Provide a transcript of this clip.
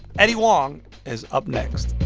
eddie huang is up next